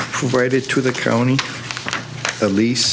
provided to the county at leas